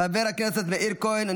חבר הכנסת מאיר כהן,